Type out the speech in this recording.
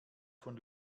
von